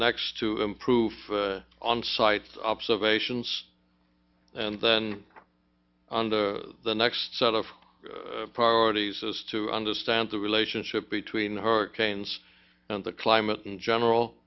next to improve on site observations and then on the the next set of priorities is to understand the relationship between the hurricanes and the climate in general